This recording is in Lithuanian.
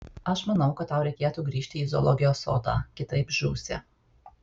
aš manau kad tau reikėtų grįžti į zoologijos sodą kitaip žūsi